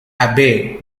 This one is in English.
abbey